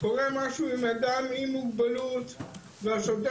קורה משהו עם אדם עם מוגבלות והשוטר